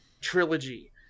trilogy